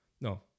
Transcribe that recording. No